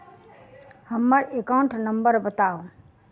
हम्मर account number बताऊ?